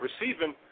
receiving